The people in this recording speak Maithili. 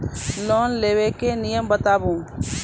लोन लेबे के नियम बताबू?